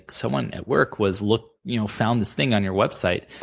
someone at work was look you know found this thing on your website,